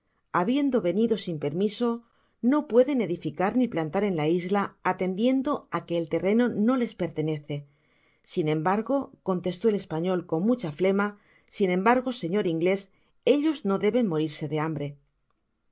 habiendo venido sin permiso no pueden edificar ni plantar en kvisla atendiendo áque el terreno no les pertenece sin embargo contestó el español con mucha flema sin embargo señor inglés ellos no deben morttse de hambre